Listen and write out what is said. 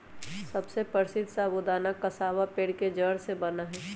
सबसे प्रसीद्ध साबूदाना कसावा पेड़ के जड़ से बना हई